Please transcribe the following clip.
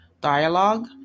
Dialogue